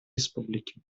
республики